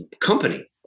company